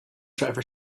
driver